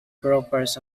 brokers